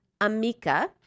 Amika